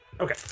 Okay